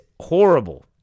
horrible